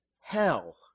hell